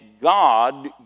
God